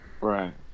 right